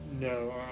No